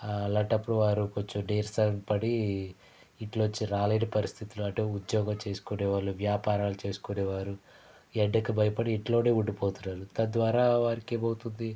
అలాంటప్పుడు వారు కొంచెం నీరసం పడి ఇంట్లోంచి రాలేని పరిస్థితుల్లో అంటే ఉద్యోగం చేసుకునే వాళ్ళు వ్యాపారాలు చేసుకునేవారు ఈ ఎండకు భయపడి ఇంట్లోనే ఉండిపోతున్నారు తద్వారా వారికి ఏమవుతుంది